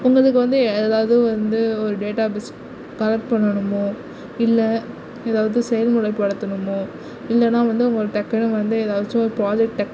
உங்களுக்கு வந்து எதாவது வந்து ஒரு டேட்டாபேஸ் கலெக்ட் பண்ணணுமோ இல்லை எதாவது செயல்முறை படுத்தணுமோ இல்லைனா வந்து உங்களுக்கு டக்குனு வந்து ஏதாச்சும் ப்ராஜக்ட்டை